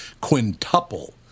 quintuple